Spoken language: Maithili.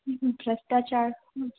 भ्रष्टाचार